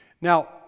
Now